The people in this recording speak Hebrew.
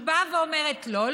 היא באה ואומרת: לא,